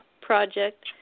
project